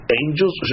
angels